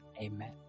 Amen